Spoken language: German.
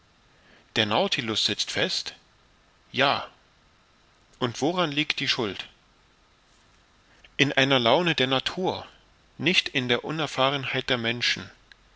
der nautilus sitzt fest ja und woran liegt die schuld in einer laune der natur nicht in der unerfahrenheit der menschen